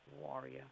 warrior